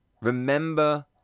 Remember